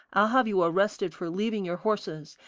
i'll have you arrested for leaving your horses,